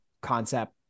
concept